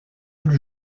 plus